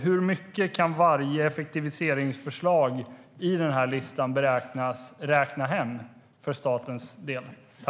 Hur mycket kan varje effektiviseringsförslag i listan beräknas ge för statens del?